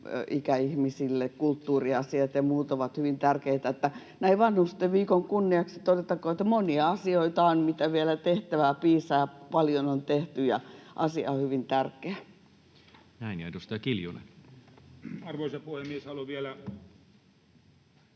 ikäihmisille, kulttuuriasiat ja muut ovat hyvin tärkeitä. Näin Vanhustenviikon kunniaksi todettakoon, että monia asioita on, missä vielä tehtävää piisaa, vaikka paljon on tehty. Asia on hyvin tärkeä. Näin. — Ja edustaja Kiljunen. Arvoisa puhemies! Haluan vielä